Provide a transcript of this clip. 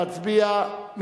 נא להצביע.